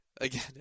again